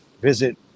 Visit